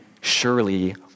surely